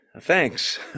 Thanks